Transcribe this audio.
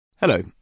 Hello